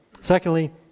Secondly